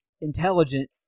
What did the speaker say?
intelligent